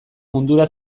mundura